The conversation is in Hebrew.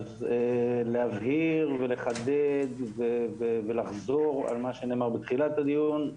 להבהיר ולחדד ולחזור על מה שנאמר בתחילת הדיון.